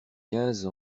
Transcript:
quinze